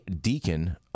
deacon